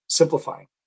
Simplifying